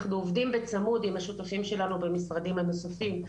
אנחנו עובדים בצמוד עם השותפים שלנו במשרדים הנוספים,